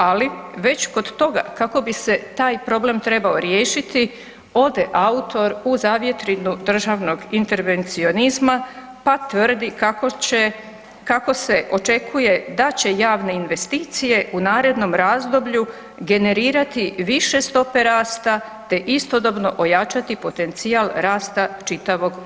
Ali, već kod toga kako bi se taj problem trebao riješiti, ode autor u zavjetrinu državnog intervencionizma pa tvrdi kako se očekuje da će javne investicije u narednom razdoblju generirati više stope rasta te istodobno ojačati potencijal rasta čitavog